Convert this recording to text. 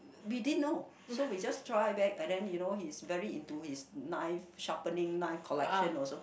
we didn't know so we just try back and then you know he's very into his knife sharpening knife collection also